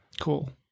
cool